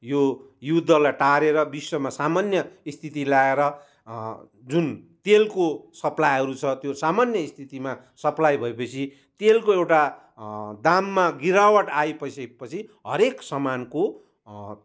यो युद्धलाई टारेर विश्वमा सामान्य स्थिति ल्याएर जुन तेलको सप्लाईहरू छ त्यो सामान्य स्थितिमा सप्लाई भएपछि तेलको एउटा दाममा गिरावट आएपछि पछि हरेक सामानको